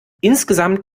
insgesamt